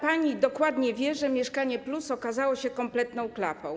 Pani dokładnie wie, że „Mieszkanie+” okazało się kompletną klapą.